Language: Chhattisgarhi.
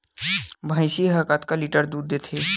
भंइसी हा कतका लीटर दूध देथे?